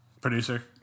producer